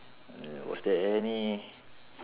uh was there any